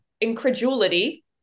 incredulity